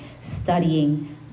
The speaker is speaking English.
studying